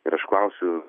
ir aš klausiu